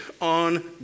on